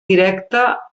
directe